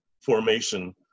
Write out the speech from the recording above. formation